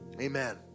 amen